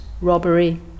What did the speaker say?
robbery